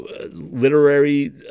literary